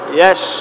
yes